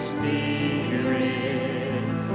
Spirit